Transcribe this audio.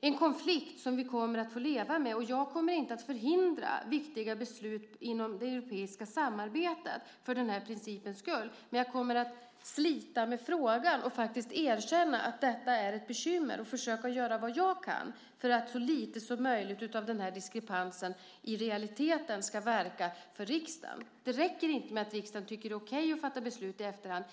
en konflikt som vi kommer att få leva med. Jag kommer inte att förhindra viktiga beslut inom det europeiska samarbetet för den här principens skull. Men jag kommer att slita med frågan och faktiskt erkänna att detta är ett bekymmer och försöka göra vad jag kan för att så lite som möjligt av den här diskrepansen i realiteten ska verka för riksdagen. Det räcker inte med att riksdagen tycker att det är okej att fatta beslut i efterhand.